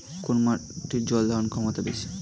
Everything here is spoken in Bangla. কোন মাটির জল ধারণ ক্ষমতা বেশি?